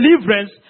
deliverance